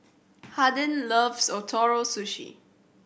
Hardin loves Ootoro Sushi